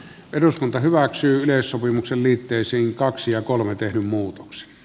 eduskunta hyväksyy sopimuksen liitteisiin kaksia kolme tehty muutoksia